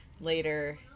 later